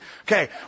Okay